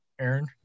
Aaron